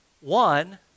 one